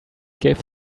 give